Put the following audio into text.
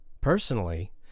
Personally